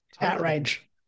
Outrage